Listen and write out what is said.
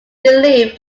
believe